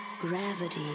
gravity